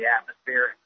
atmosphere